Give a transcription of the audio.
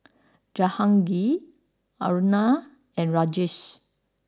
Jahangir Aruna and Rajesh